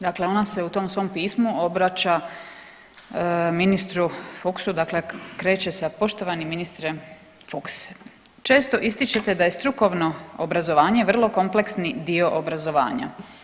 Dakle, ona se u tom svom pismu obraća ministru Fuchsu, dakle kreće sa poštovani ministre Fuchs, često ističete da je strukovno obrazovanje vrlo kompleksni dio obrazovanja.